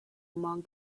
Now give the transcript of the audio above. among